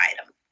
item